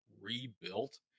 rebuilt